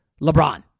LeBron